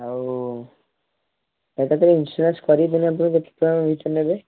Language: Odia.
ଆଉ ସେଇ ଟା ତ ଇନ୍ସୁରାନ୍ସ କରାଇ ଦେଉନାହାଁନ୍ତି ନେବେ